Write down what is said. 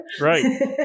Right